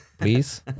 Please